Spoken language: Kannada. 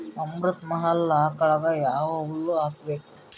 ಅಮೃತ ಮಹಲ್ ಆಕಳಗ ಯಾವ ಹುಲ್ಲು ಹಾಕಬೇಕು?